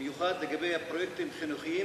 במיוחד לגבי פרויקטים חינוכיים,